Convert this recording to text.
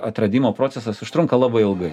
atradimo procesas užtrunka labai ilgai